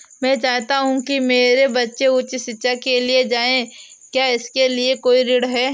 मैं चाहता हूँ कि मेरे बच्चे उच्च शिक्षा के लिए जाएं क्या इसके लिए कोई ऋण है?